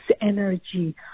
energy